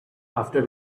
after